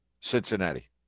Cincinnati